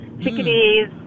chickadees